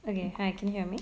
okay hi can you hear me